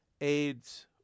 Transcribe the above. AIDS